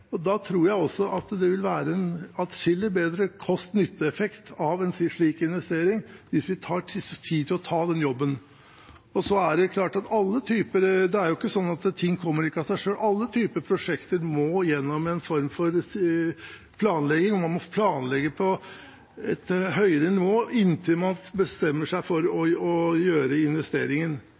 tror også det vil være en atskillig bedre kost-nytte-effekt av en slik investering hvis vi tar oss tid til å ta den jobben. Det er klart at ting kommer ikke av seg selv. Alle typer prosjekter må gjennom en form for planlegging. Man må planlegge på et høyere nivå inntil man bestemmer seg for å gjøre investeringen.